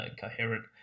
coherent